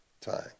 time